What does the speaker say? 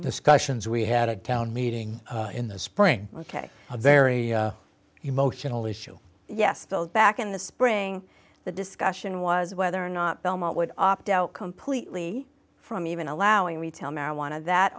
discussions we had a town meeting in the spring ok a very emotional issue yes built back in the spring the discussion was whether or not belmont would opt out completely from even allowing retail marijuana that